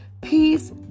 Peace